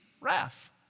Wrath